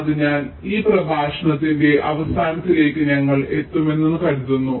അതിനാൽ ഈ പ്രഭാഷണത്തിന്റെ അവസാനത്തിലേക്ക് ഞങ്ങൾ എത്തുമെന്ന് ഞാൻ കരുതുന്നു